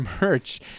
merch